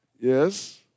Yes